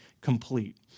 complete